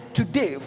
today